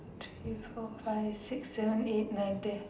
three four five six seven eight nine ten